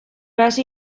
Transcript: hasi